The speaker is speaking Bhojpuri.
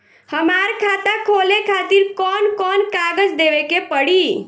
हमार खाता खोले खातिर कौन कौन कागज देवे के पड़ी?